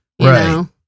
Right